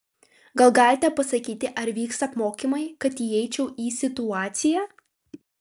gal galite pasakyti ar vyks apmokymai kad įeičiau į situaciją